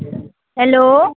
hello